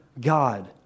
God